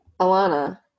Alana